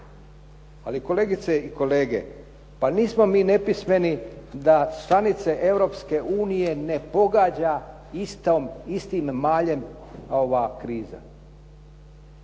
Ali kolegice i kolege, pa nismo mi nepismeni da stranice Europske unije ne pogađa istim maljem ova kriza,